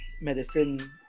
medicine